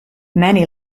many